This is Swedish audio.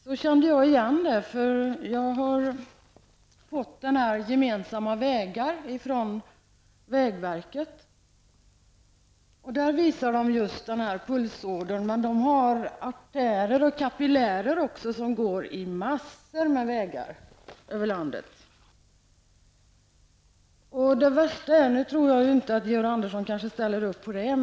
Jag kände igen den beskrivningen, eftersom jag har fått skriften Gemensamma Vägar från vägverket. Där visas just denna pulsåder, men här har man också artärer och kapillärer som går i massor av vägar över landet. Nu tror jag kanske inte att Georg Andersson ställer upp på detta.